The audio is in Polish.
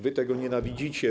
Wy tego nienawidzicie.